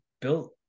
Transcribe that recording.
built